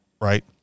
right